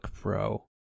Pro